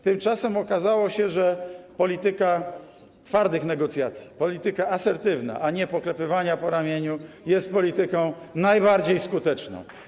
Tymczasem okazało się, że polityka twardych negocjacji, polityka asertywna, a nie poklepywania po ramieniu, jest polityką najbardziej skuteczną.